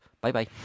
Bye-bye